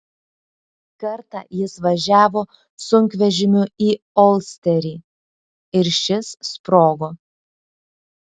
kartą jis važiavo sunkvežimiu į olsterį ir šis sprogo